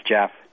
Jeff